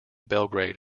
belgrade